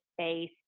space